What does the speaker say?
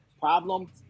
problem